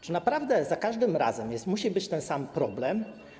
Czy naprawdę za każdym razem musi być ten sam problem?